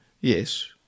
Yes